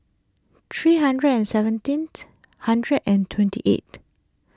three hundred and seventeen hundred and twenty eight